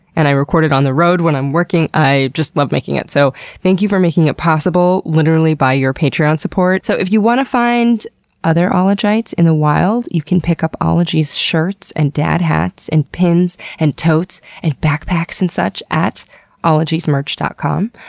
and i record it on the road when i'm working. i just love making it. so thank you for making it possible, literally, by your patreon support. so if you want to find other ologites in the wild, you can pick up ologies shirts, and dad hats, and pins, and totes, and backpacks, and such at ologiesmerch dot com.